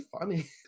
funny